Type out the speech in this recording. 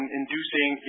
inducing